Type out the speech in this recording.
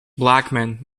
blackman